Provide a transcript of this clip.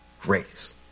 grace